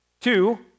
Two